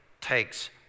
takes